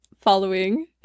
following